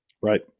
Right